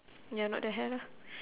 ya not the hair lah